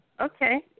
Okay